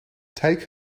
take